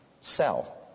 sell